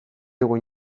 digu